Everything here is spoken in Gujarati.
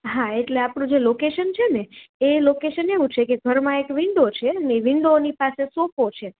હા એટલે આપણું જે લોકેશન છે એ લોકેશન એવું છે કે ઘરમાં એક વિન્ડો છે અને એ વિન્ડોની પાસે એક સોફો છે